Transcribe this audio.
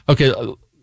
Okay